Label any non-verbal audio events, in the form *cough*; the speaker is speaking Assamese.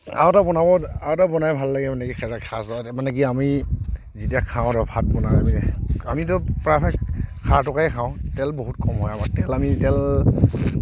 আৰু এটা বনাও আৰু আৰু এটা বনাই ভাল লাগে মানে *unintelligible* মানে কি আমি যেতিয়া খাওঁ আৰু ভাত বনাই আমি আমিতো প্ৰায়ভাগ খাৰ তৰকাৰীয়ে খাওঁ তেল বহুত কম হয় আমাৰ তেল আমি তেল